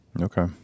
Okay